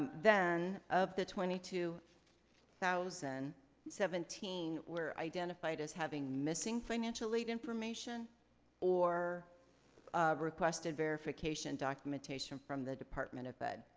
then, of the twenty two thousand, seventeen were identified as having missing financial aid information or requested verification documentation from the department of ed.